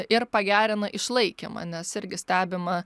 ir pagerina išlaikymą nes irgi stebima